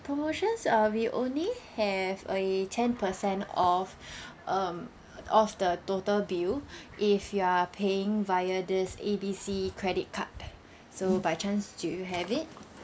promotions uh we only have a ten percent off um of the total bill if you are paying via this A B C credit card so by chance do you have it